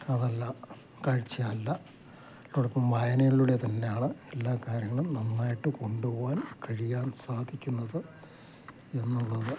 അതെല്ലാം കാഴ്ച അല്ല അതിനോടൊപ്പം വായനയിലൂടെ തന്നെയാണ് എല്ലാ കാര്യങ്ങളും നന്നായിട്ട് കൊണ്ടു പോവാൻ കഴിയാൻ സാധിക്കുന്നത് എന്നുള്ളത്